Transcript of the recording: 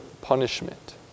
punishment